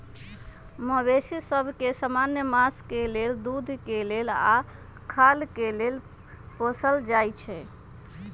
मवेशि सभ के समान्य मास के लेल, दूध के लेल आऽ खाल के लेल पोसल जाइ छइ